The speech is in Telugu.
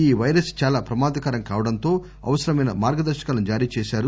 ఈ పైరస్ చాలా ప్రమాదకరం కావడంతో అవసరమైన మార్గదర్శకాలను జారీ చేశారు